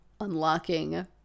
unlocking